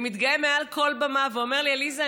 ומתגאה מעל כל במה ואומר לי: עליזה,